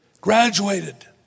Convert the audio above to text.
graduated